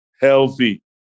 healthy